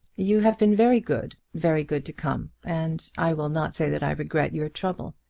you have been very good very good to come, and i will not say that i regret your trouble.